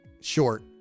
short